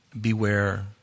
Beware